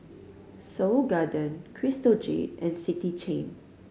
Seoul Garden Crystal Jade and City Chain